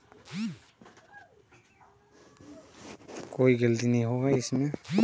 जूटक उपयोग सिंधु घाटी सभ्यता मे तेसर सहस्त्राब्दी ईसा पूर्व कैल जाइत रहै